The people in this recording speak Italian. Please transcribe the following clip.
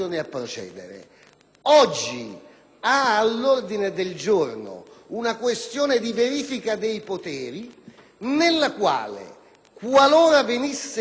Oggi ha all'ordine del giorno una questione di verifica dei poteri nella quale, qualora venisse accolta